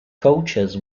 coaches